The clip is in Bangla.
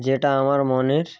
যেটা আমার মনের